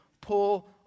pull